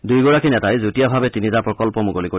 দুয়োগৰাকী নেতাই যুটীয়াভাৱে তিনিটা প্ৰকল্প মুকলি কৰিব